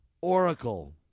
Oracle